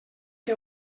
que